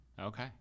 Okay